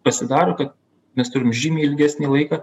pasidaro kad mes turim žymiai ilgesnį laiką